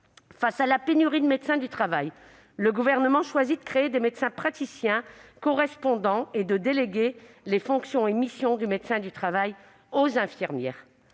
Face à la pénurie de médecins du travail, le Gouvernement a choisi de créer des médecins praticiens correspondants et de déléguer les fonctions et les missions du médecin du travail aux infirmières.